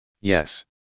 yes